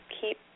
keep